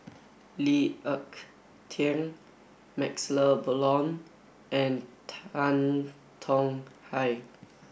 Lee Ek Tieng MaxLe Blond and Tan Tong Hye